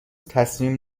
تصمیم